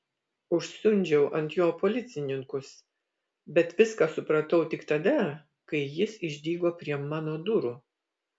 užsiundžiau ant jo policininkus bet viską supratau tik tada kai jis išdygo prie mano durų